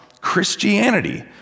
Christianity